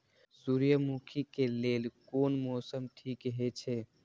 सूर्यमुखी के लेल कोन मौसम ठीक हे छे?